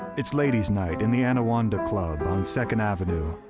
it's ladies' night in the anawanda club on second avenue,